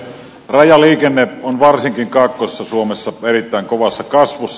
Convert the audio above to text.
rajaliikenne on varsinkin kaakkoisessa suomessa erittäin kovassa kasvussa